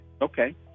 Okay